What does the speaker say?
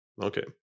Okay